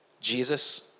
Jesus